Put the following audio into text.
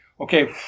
okay